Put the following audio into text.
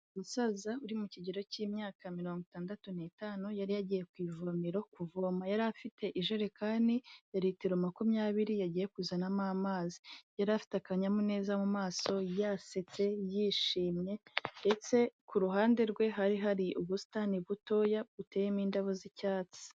Umusaza uri mu kigero cy'imyaka mirongo itandatu n'itanu yari yagiye ku ivomero kuvoma. Yari afite ijerekani ya ritiro makumyabiri yagiye kuzanamo amazi. Yari afite akanyamuneza mu maso yasetse yishimye, ndetse ku ruhande rwe hari hari ubusitani butoya, buteyemo indabo z'icyatsi.